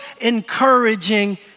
encouraging